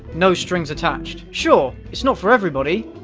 no strings attached. sure, it's not for everybody,